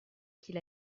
qu’il